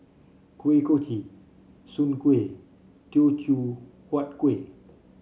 Kuih Kochi Soon Kuih Teochew Huat Kueh